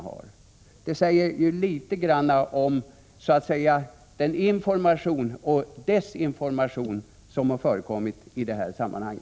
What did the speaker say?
Detta säger litet grand om den information och desinformation som har förekommit i detta sammanhang.